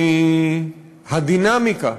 מהדינמיקה